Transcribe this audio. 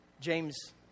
James